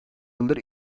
yıldır